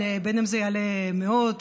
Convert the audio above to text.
גם אם זה יעלה מאות,